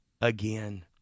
again